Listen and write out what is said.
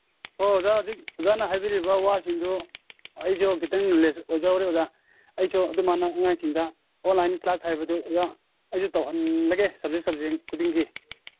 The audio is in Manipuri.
ꯍꯣ ꯑꯣꯖꯥ ꯍꯧꯖꯤꯛ ꯑꯣꯖꯥꯅ ꯍꯥꯏꯕꯤꯔꯤꯕ ꯋꯥꯁꯤꯡꯗꯣ ꯑꯩꯁꯨ ꯈꯤꯇꯪ ꯅꯣꯂꯦꯖ ꯑꯣꯏꯖꯍꯧꯔꯦ ꯑꯣꯖꯥ ꯑꯩꯁꯨ ꯑꯗꯨꯃꯥꯏꯅ ꯑꯉꯥꯡꯁꯤꯡꯗ ꯑꯣꯟꯂꯥꯏꯟ ꯀ꯭ꯂꯥꯁ ꯍꯥꯏꯕꯗꯨ ꯑꯣꯖꯥ ꯑꯩꯁꯨ ꯇꯧꯍꯟꯂꯒꯦ ꯁꯕꯖꯦꯛ ꯁꯕꯖꯦꯛ ꯈꯨꯗꯤꯡꯒꯤ